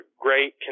great